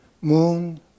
moon